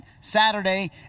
Saturday